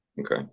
Okay